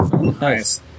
Nice